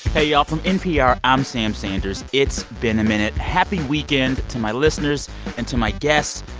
hey, y'all. from npr, i'm sam sanders. it's been a minute. happy weekend to my listeners and to my guests,